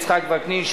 יצחק וקנין,